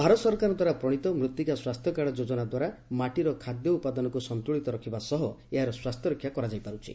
ଭାରତ ସରକାରଙ୍କ ଦ୍ୱାରା ପ୍ରଶୀତ ମୂର୍ତିକା ସ୍ୱାସ୍ଥ୍ୟ କାର୍ଡ ଯୋଜନା ଦ୍ୱାରା ମାଟିର ଖାଦ୍ୟ ଉପାଦାନକୁ ସନ୍ତୁଳିତ ରଖିବା ସହ ଏହାର ସ୍ୱାସ୍ଚ୍ୟରକ୍ଷା କରାଯାଇପାରୁଛି